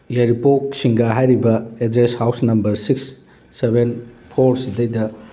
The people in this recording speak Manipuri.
ꯌꯥꯏꯔꯤꯄꯣꯛ ꯁꯤꯡꯒꯥ ꯍꯥꯏꯔꯤꯕ address house number six seven four ꯁꯤꯗꯩꯗ